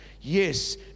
Yes